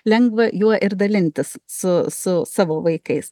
lengva juo ir dalintis su su savo vaikais